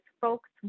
folks